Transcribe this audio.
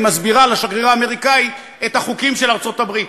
היא מסבירה לשגריר האמריקני את החוקים של ארצות-הברית.